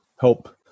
help